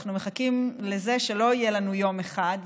אנחנו מחכים לזה שלא יהיה לנו יום אחד.